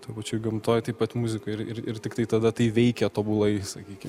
toj pačioj gamtoj taip pat muzikoj ir ir ir tiktai tada tai veikia tobulai sakykim